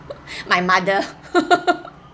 my mother